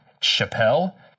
Chappelle